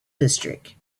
district